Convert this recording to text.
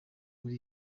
muri